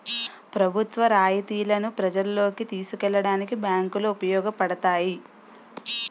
ప్రభుత్వ రాయితీలను ప్రజల్లోకి తీసుకెళ్లడానికి బ్యాంకులు ఉపయోగపడతాయి